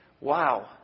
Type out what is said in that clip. wow